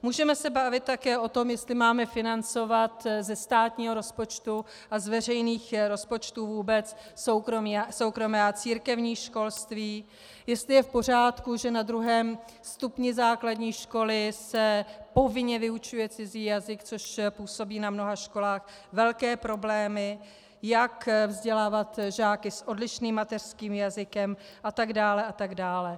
Můžeme se bavit také o tom, jestli máme financovat ze státního rozpočtu a z veřejných rozpočtů vůbec soukromé a církevní školství, jestli je v pořádku, že na druhém stupni základní školy se povinně vyučuje cizí jazyk, což působí na mnoha školách velké problémy, jak vzdělávat žáky s odlišným mateřským jazykem, a tak dále a tak dále.